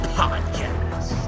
podcast